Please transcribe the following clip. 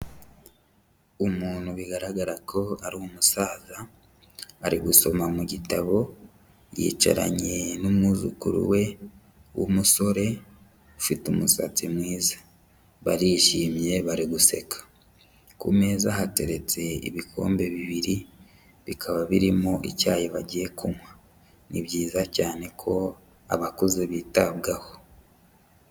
Umuntu bigaragara ko ari umusaza ari gusoma mu gitabo, yicaranye n'umwuzukuru we w'umusore ufite umusatsi mwiza, barishimye bari guseka, ku meza hateretse ibikombe bibiri bikaba birimo icyayi bagiye kunywa, ni byiza cyane ko abakuze bitabwaho.